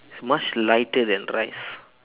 it's much lighter than rice